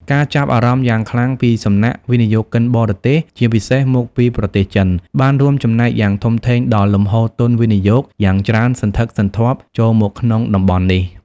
ការចាប់អារម្មណ៍យ៉ាងខ្លាំងពីសំណាក់ វិនិយោគិនបរទេស ជាពិសេសមកពីប្រទេសចិន បានរួមចំណែកយ៉ាងធំធេងដល់លំហូរទុនវិនិយោគយ៉ាងច្រើនសន្ធឹកសន្ធាប់ ចូលមកក្នុងតំបន់នេះ។